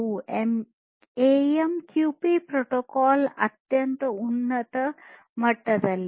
AMQP protocol ಅತ್ಯಂತ ಉನ್ನತ ಮಟ್ಟದಲ್ಲಿದೆ